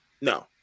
no